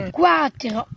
quattro